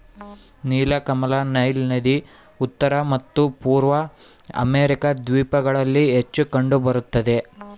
ನೀಲಕಮಲ ನೈಲ್ ನದಿ ಉತ್ತರ ಮತ್ತು ಪೂರ್ವ ಅಮೆರಿಕಾ ದ್ವೀಪಗಳಲ್ಲಿ ಹೆಚ್ಚು ಕಂಡು ಬರುತ್ತದೆ